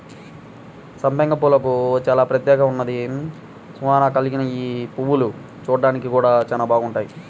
సంపెంగ పూలకు చానా ప్రత్యేకత ఉన్నది, సువాసన కల్గిన యీ పువ్వులు చూడ్డానికి గూడా చానా బాగుంటాయి